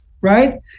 right